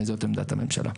זאת עמדת הממשלה.